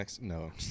no